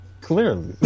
Clearly